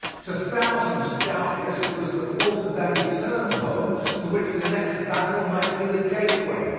to thousands, doubtless, it was the thought of that eternal home to which the next battle might be the gateway.